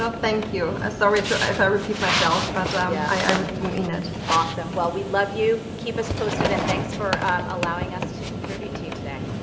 ah thank you. sorry if i repeat myself, but um i really mean it. awesome. well, we love you. keep us posted, and thanks for allowing us to contribute to you today.